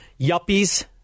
Yuppies